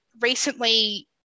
recently